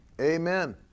Amen